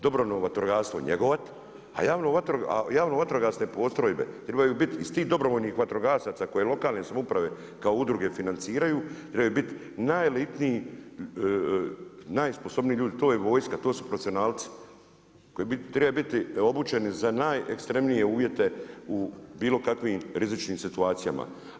Dobrovoljno vatrogastvo njegovati a javne vatrogasne postrojbe trebaju biti iz tih dobrovoljnih vatrogasaca koje lokalne samouprave kao udruge financiraju trebaju biti najelitniji, najsposobniji ljudi, to je vojska, to su profesionalci koji trebaju biti obučeni za najekstremnije uvjete u bilo kakvim rizičnim situacijama.